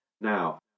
Now